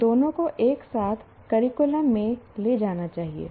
इन दोनों को एक साथ करिकुलम में ले जाना चाहिए